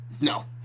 No